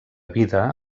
vida